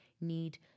need